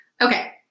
Okay